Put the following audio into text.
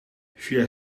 via